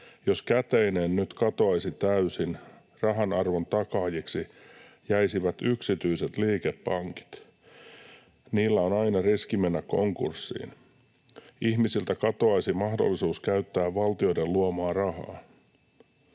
”Jos käteinen nyt katoaisi täysin, rahan arvon takaajiksi jäisivät yksityiset liikepankit. Niillä on aina riski mennä konkurssiin. Ihmisiltä katoaisi mahdollisuus käyttää valtioiden luomaa rahaa.”